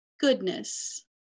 goodness